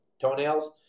toenails